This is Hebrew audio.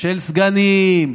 של סגנים,